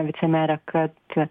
vicemerė kad